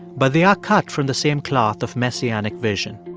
but they are cut from the same cloth of messianic vision.